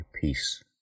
peace